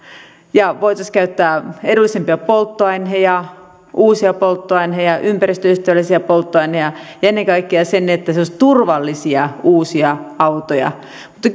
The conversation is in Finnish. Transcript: ja voisimme käyttää edullisempia polttoaineita uusia polttoaineita ympäristöystävällisiä polttoaineita ja ennen kaikkea ne olisivat turvallisia uusia autoja mutta